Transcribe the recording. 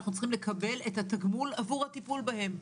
אנחנו צריכים לקבל את התגמול עבור הטיפול בהם.